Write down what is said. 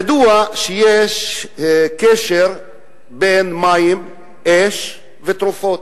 ידוע שיש קשר בין מים, אש ותרופות.